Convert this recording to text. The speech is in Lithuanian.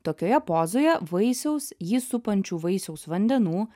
tokioje pozoje vaisiaus jį supančių vaisiaus vandenų